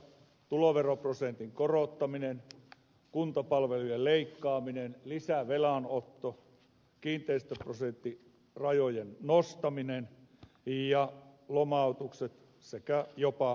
tuloveroprosentin korottaminen kuntapalvelujen leikkaaminen lisävelan otto kiinteistöprosenttirajojen nostaminen ja lomautukset sekä jopa irtisanomiset